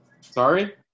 Sorry